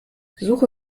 suche